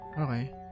Okay